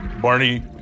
Barney